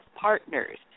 partners